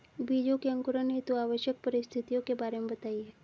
बीजों के अंकुरण हेतु आवश्यक परिस्थितियों के बारे में बताइए